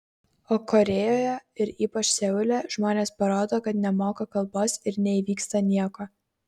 o korėjoje ir ypač seule žmonės parodo kad nemoka kalbos ir neįvyksta nieko